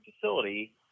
facility